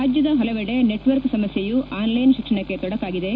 ರಾಜ್ಯದ ಹಲವೆಡೆ ನೆಟ್ವರ್ಕ್ ಸಮಸ್ಥೆಯೂ ಆನ್ಲೈನ್ ತಿಕ್ಷಣಕ್ಕೆ ತೊಡಕಾಗಿದೆ